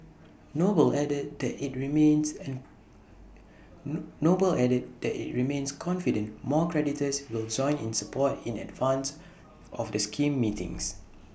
noble added that IT remains and noble added that IT remains confident more creditors will join in support in advance of the scheme meetings